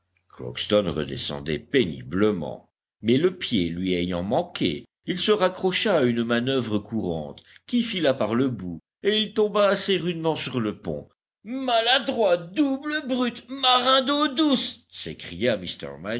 crockston redescendait péniblement mais le pied lui ayant manqué il se raccrocha à une manœuvre courante qui fila par le bout et il tomba assez rudement sur le pont aladroit double brute marin d'eau douce s'écria